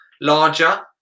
larger